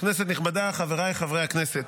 חבריי חברי הכנסת,